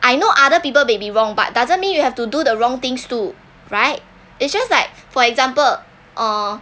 I know other people may be wrong but doesn't mean you have to do the wrong things too right it's just like for example uh